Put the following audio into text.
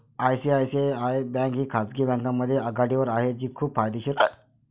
ICICI bank ही खाजगी बँकांमध्ये आघाडीवर आहे जी खूप फायदेशीर आहे